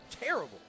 terrible